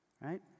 right